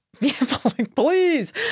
Please